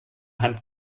hand